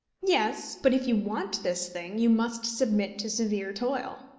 yes but if you want this thing, you must submit to severe toil.